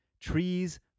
trees